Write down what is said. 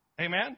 Amen